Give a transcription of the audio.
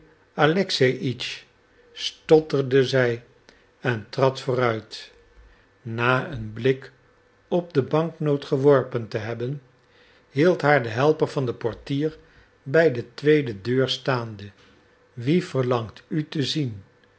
alexeïtsch stotterde zij en trad vooruit na een blik op den banknoot geworpen te hebben hield haar de helper van den portier bij de tweede glazen deur staande wie verlangt u te zien